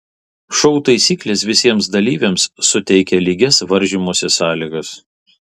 šou taisyklės visiems dalyviams suteikia lygias varžymosi sąlygas